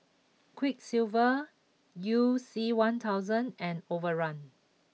Quiksilver you C one thousand and Overrun